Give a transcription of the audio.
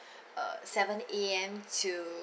uh seven A_M to